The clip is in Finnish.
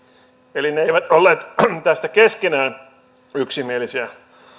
eli ne eivät olleet tästä keskenään yksimielisiä